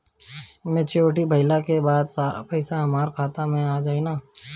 Maturity भईला के बाद सारा पईसा हमार खाता मे आ जाई न?